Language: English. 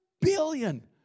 billion